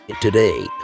today